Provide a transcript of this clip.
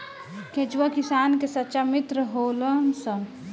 केचुआ किसान के सच्चा मित्र होलऽ सन